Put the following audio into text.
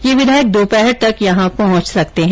ये विधायक दोपहर तक यहां पहुंच सकते हैं